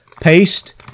paste